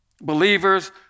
believers